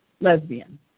lesbian